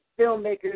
filmmakers